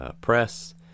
press